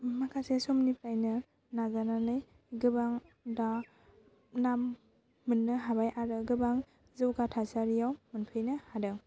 माखासे समनिफ्रायनो नाजानानै गोबां दा नाम मोन्नो हाबाय आरो गोबां जौगा थासारियाव मोनफैनो हादों